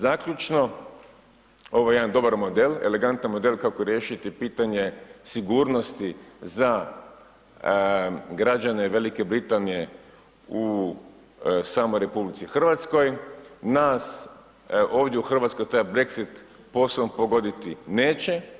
Zaključno, ovo je jedan dobar, model, elegantan model, kako riješiti pitanje sigurnosti za građane Velike Britanije u samoj RH, nas ovdje u Hrvatskoj traje Brexit posebno pogoditi neće.